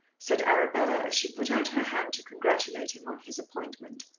said arabella as she put out her hand to congratulate him on his appointment.